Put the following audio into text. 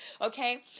Okay